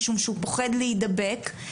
משום שהוא פוחד להידבק.